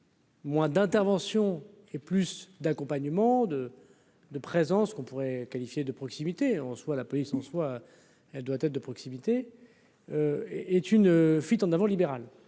Moins d'interventions et plus d'accompagnement de de présence qu'on pourrait qualifier de proximité en soi, la police en soi, elle doit être de proximité est une fuite en avant libérale